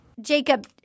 Jacob